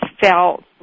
felt